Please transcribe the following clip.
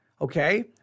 Okay